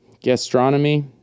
Gastronomy